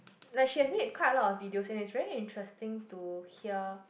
she has made quite a lot of video and it's very interesting to hear